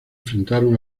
enfrentaron